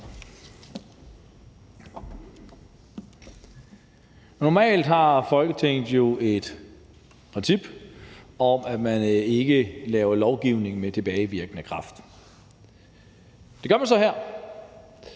Normalt har Folketinget jo et princip om, at man ikke laver lovgivning med tilbagevirkende kraft. Det gør man så her,